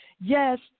Yes